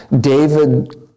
David